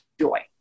joy